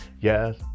Yes